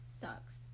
sucks